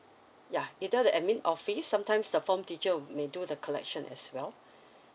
yeah either the admin office sometimes the form teacher may do the collection as well